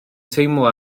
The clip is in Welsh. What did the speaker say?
teimlo